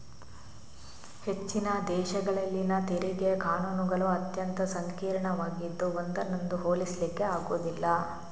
ಹೆಚ್ಚಿನ ದೇಶಗಳಲ್ಲಿನ ತೆರಿಗೆ ಕಾನೂನುಗಳು ಅತ್ಯಂತ ಸಂಕೀರ್ಣವಾಗಿದ್ದು ಒಂದನ್ನೊಂದು ಹೋಲಿಸ್ಲಿಕ್ಕೆ ಆಗುದಿಲ್ಲ